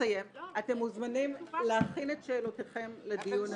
אתם מוזמנים להכין את שאלותיהם לדיון הבא.